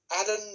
Adam